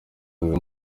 kagame